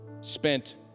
spent